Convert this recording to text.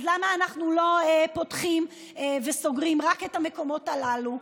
למה אנחנו לא פותחים וסוגרים רק את המקומות הללו?